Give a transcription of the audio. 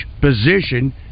position